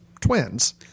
twins